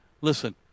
Listen